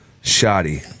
shoddy